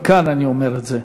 מכאן אני אומר את זה.